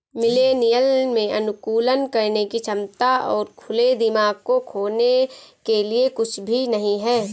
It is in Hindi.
मिलेनियल में अनुकूलन करने की क्षमता और खुले दिमाग को खोने के लिए कुछ भी नहीं है